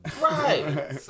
Right